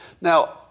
Now